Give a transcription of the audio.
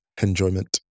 Enjoyment